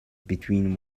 between